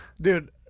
Dude